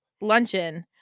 luncheon